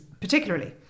particularly